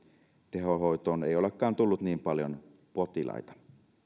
tehohoitoon ei olekaan tullut niin paljon potilaita